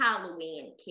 Halloween